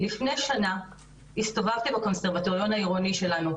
לפני שנה הסתובבתי בקונסרבטוריון העירוני שלנו,